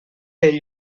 del